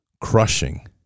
crushing